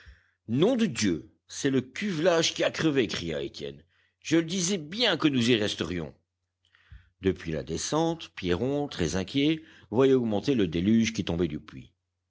nom de dieu c'est le cuvelage qui a crevé cria étienne je le disais bien que nous y resterions depuis la descente pierron très inquiet voyait augmenter le déluge qui tombait du puits